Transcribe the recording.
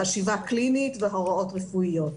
לא חושבים שצריך להגיע לשם.